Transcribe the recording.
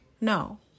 No